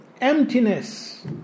emptiness